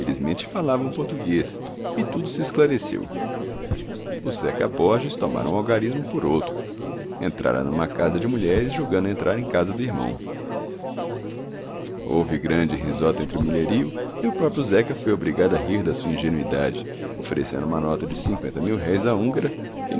felizmente falavam português e tudo se esclareceu o zeca borges tomara um algarismo por outro entrara numa casa de mulheres julgando entrar em casa do irmão houve grande risota entre o mulherio e o próprio zeca foi obrigado a rir da sua ingenuidade oferecendo uma nota de cinqüenta mil-réis à húngara que